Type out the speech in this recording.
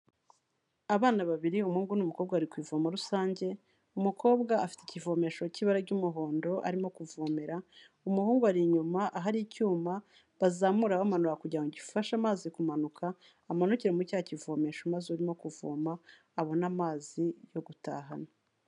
Abana babiri, umuhungu n'umukobwa bari ku ivomo rusange, umukobwa afite ikivomesho cy'ibara ry'umuhondo arimo kuvomera, umuhungu ari inyuma ahari icyuma bazamura bamanura kugira ngo gifashe amazi kumanuka, amanukire mu cya akivomesha maze urimo kuvoma abone amazi yo gutahana.